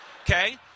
okay